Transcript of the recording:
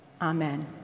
Amen